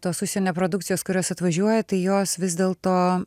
tos užsienio produkcijos kurios atvažiuoja tai jos vis dėl to